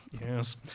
Yes